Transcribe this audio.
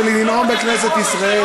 אתה מפריע לו, אתה מושך זמן,